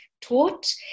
taught